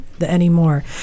anymore